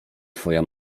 twoja